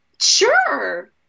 Sure